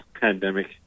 pandemic